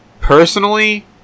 personally